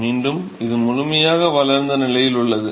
மீண்டும் இது முழுமையாக வளர்ந்த நிலையில் உள்ளது